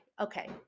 Okay